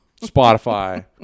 spotify